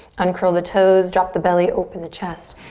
uncurl the toes, drop the belly, open the chest,